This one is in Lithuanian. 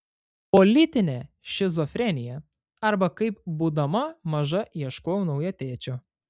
politinė šizofrenija arba kaip būdama maža ieškojau naujo tėčio